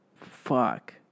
Fuck